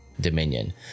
Dominion